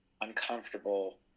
uncomfortable